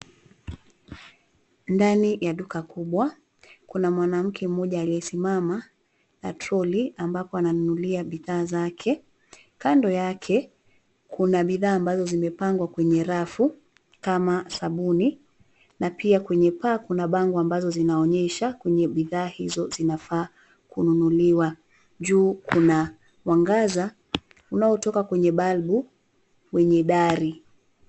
Ndani ya duka kubwa. Kuna mwanamke mmoja aliyesimama na troli ambapo ananunulia bidhaa zake. Kando yake kuna bidhaa ambazo zimepangwa kwenye rafu, kama sabuni na pia kwenye paa kuna bango ambazo zinaonyesha kwenye bidhaa hizo zinafaa kununulia. Juu kuna mwangaza unaotoka kwenye balbu kwenye dari.